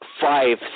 five